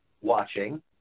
watching